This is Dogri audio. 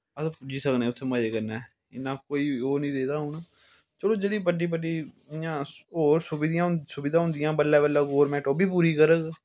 अस पुज्जी सकने उत्थे मज़े कन्नै इन्ना कोई ओह नि रेह दा हून चलो जेहड़ी बड्डी बड्डी इयां होर सुविधा होंदियां बल्लै बल्लै गौरमैंट उब्भी पूरी करग